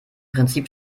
prinzip